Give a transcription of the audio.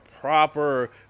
proper